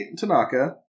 Tanaka